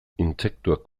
intsektuak